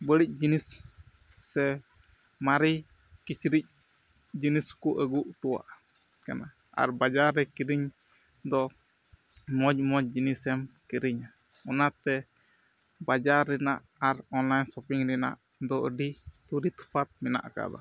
ᱵᱟᱹᱲᱤᱡ ᱡᱤᱱᱤᱥ ᱥᱮ ᱢᱟᱨᱮ ᱠᱤᱪᱨᱤᱡ ᱡᱤᱱᱤᱥ ᱠᱚ ᱟᱹᱜᱩ ᱦᱚᱴᱚᱣᱟ ᱟᱢᱟ ᱟᱨ ᱵᱟᱡᱟᱨ ᱨᱮ ᱠᱤᱨᱤᱧ ᱫᱚ ᱢᱚᱡᱽ ᱢᱚᱡᱽ ᱡᱤᱱᱤᱥᱮᱢ ᱠᱤᱨᱤᱧᱟ ᱚᱱᱟᱛᱮ ᱵᱟᱡᱟᱨ ᱨᱮᱱᱟᱜ ᱟᱨ ᱚᱱᱞᱟᱭᱤᱱ ᱥᱚᱯᱤᱝ ᱨᱮᱱᱟᱜ ᱫᱚ ᱟᱹᱰᱤ ᱛᱚᱨᱤ ᱛᱚᱯᱷᱟᱛ ᱢᱮᱱᱟᱜ ᱟᱠᱟᱫᱟ